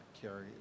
carry